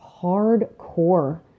hardcore